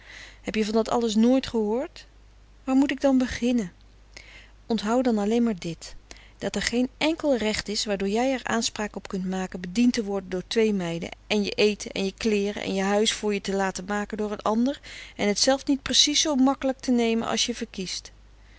heb je van dat alles nooit gehoord waar moet ik dan beginne onthou dan alleen maar dit dat er geen enkel recht is waardoor jij er aanspraak op kunt make bediend te worde door twee meide en je ete en je kleere en je huis voor je te laten make door n ander en t zelf net precies zoo makkelijk te neme as je verkiest